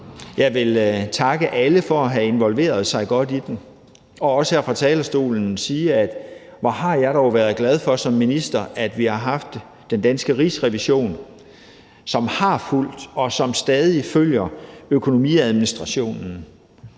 Jeg vil takke alle for at have involveret sig godt i det, og jeg vil også her fra talerstolen sige, at hvor har jeg dog som minister har været glad for, at vi har haft den danske Rigsrevision, som har fulgt, og som stadig følger økonomiadministrationen.